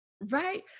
Right